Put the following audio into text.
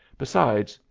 besides,